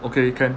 okay can